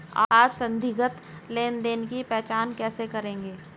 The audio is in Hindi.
आप संदिग्ध लेनदेन की पहचान कैसे करेंगे?